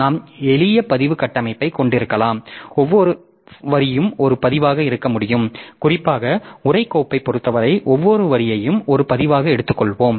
நாம் எளிய பதிவு கட்டமைப்பைக் கொண்டிருக்கலாம் ஒவ்வொரு வரியும் ஒரு பதிவாக இருக்க முடியும் குறிப்பாக உரை கோப்பைப் பொறுத்தவரை ஒவ்வொரு வரியையும் ஒரு பதிவாக எடுத்துக்கொள்வோம்